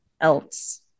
else